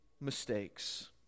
mistakes